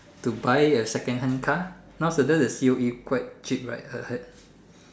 to buy a second hand car nowadays the C_O_E quite cheap right I heard